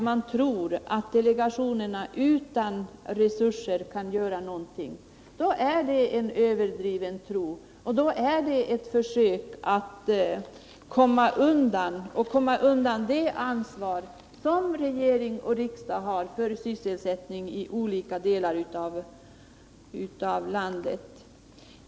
Om man tror att delegationerna utan särskilda resurser kan göra någonting, anser jag det vara en överdriven tro, och då är det ett försök att komma undan det ansvar som regering och riksdag har för sysselsättningen i olika delar av landet.